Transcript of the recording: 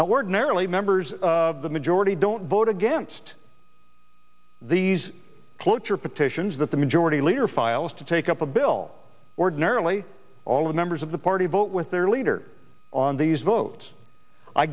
narrowly members of the majority don't vote against these cloture petitions that the majority leader file is to take up a bill ordinarily all the members of the party vote with their leader on these votes i